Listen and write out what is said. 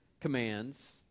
commands